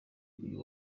uyu